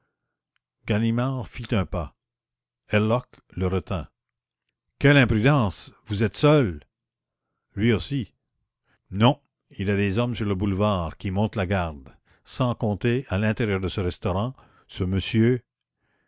ganimard fit un pas herlock le retint quelle imprudence vous êtes seul lui aussi non il a des hommes sur le boulevard qui montent la garde sans compter à l'intérieur du restaurant ce monsieur